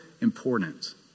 important